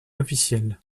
officielle